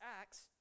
acts